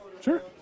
Sure